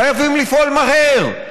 חייבים לפעול מהר,